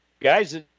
guys